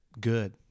good